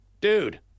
Dude